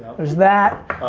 there's that.